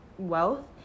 Wealth